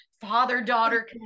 father-daughter